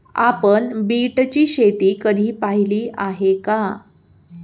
आपण बीटची शेती कधी पाहिली आहे का?